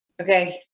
Okay